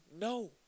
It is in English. No